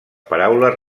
paraules